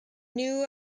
new